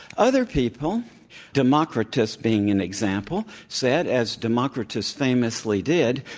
other people democritus being an example, said, as democritus famously did,